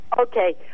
Okay